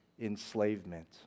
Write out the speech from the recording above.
enslavement